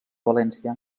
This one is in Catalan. valència